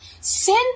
Sin